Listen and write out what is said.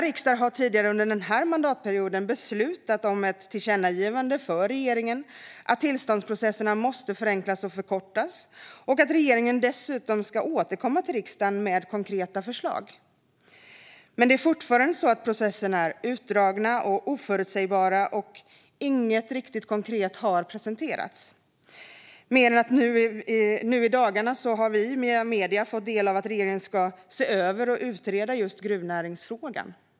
Riksdagen har tidigare under denna mandatperiod beslutat om ett tillkännagivande för regeringen att tillståndsprocesserna måste förenklas och förkortas och att regeringen dessutom ska återkomma till riksdagen med konkreta förslag. Men det är fortfarande så att processerna är utdragna och oförutsägbara, och inget riktigt konkret har presenterats mer än att vi nu i dagarna, via medierna, har fått ta del av att regeringen ska se över och utreda gruvnäringsfrågan.